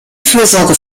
fürsorge